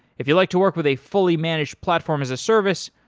if you like to work with a fully-managed platform as a service,